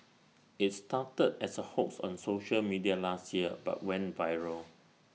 IT started as A hoax on social media last year but went viral